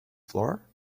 floor